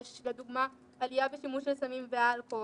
יש לדוגמה עלייה בשימוש בסמים ואלכוהול,